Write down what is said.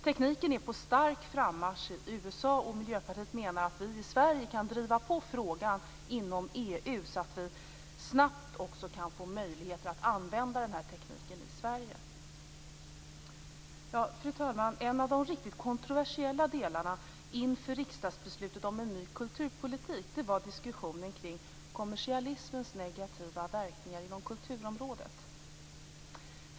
Tekniken är på stark frammarsch i USA, och Miljöpartiet menar att vi i Sverige kan driva på frågan inom EU, så att vi snabbt också kan få möjligheter att använda denna teknik i Sverige. Fru talman! En av de riktigt kontroversiella delarna inför riksdagsbeslutet om en ny kulturpolitik var diskussionen kring kommersialismens negativa verkningar inom kulturområdet.